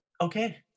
Okay